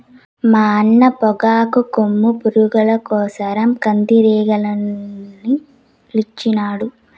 మా అన్న పొగాకు కొమ్ము పురుగుల కోసరం కందిరీగలనొదిలినాడు